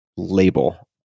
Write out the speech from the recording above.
label